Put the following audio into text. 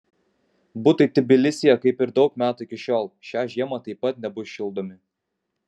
butai tbilisyje kaip ir jau daug metų iki šiol šią žiemą taip pat nebus šildomi